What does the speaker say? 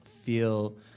feel